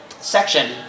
section